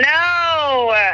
No